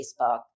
Facebook